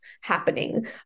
happening